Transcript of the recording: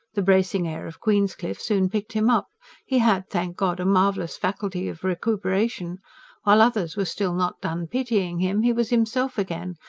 the bracing air of queenscliff soon picked him up he had, thank god, a marvellous faculty of recuperation while others were still not done pitying him, he was himself again,